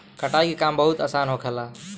कटाई के काम बहुत आसान होखेला